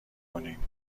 بکینم